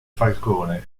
falcone